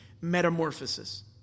Metamorphosis